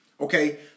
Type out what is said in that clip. Okay